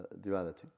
duality